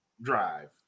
drive